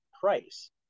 price